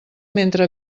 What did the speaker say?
mentre